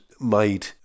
made